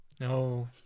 No